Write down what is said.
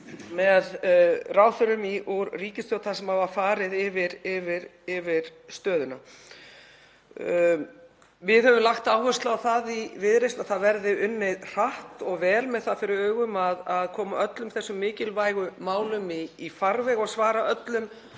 með ráðherrum úr ríkisstjórn þar sem var farið yfir stöðuna. Við höfum lagt áherslu á það í Viðreisn að það verði unnið hratt og vel með það fyrir augum að koma öllum þessum mikilvægu málum í farveg og svara öllum